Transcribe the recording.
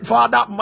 Father